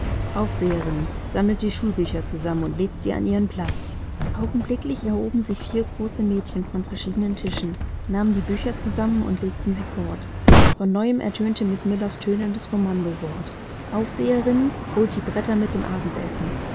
aufseherinnen sammelt die schulbücher zusammen und legt sie an ihren platz augenblicklich erhoben sich vier große mädchen von verschiedenen tischen nahmen die bücher zusammen und legten sie fort von neuem ertönte miß millers tönendes kommandowort aufseherinnen holt die bretter mit dem abendessen